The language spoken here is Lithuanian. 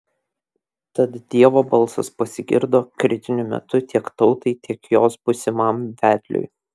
tad dievo balsas pasigirdo kritiniu metu tiek tautai tiek jos būsimam vedliui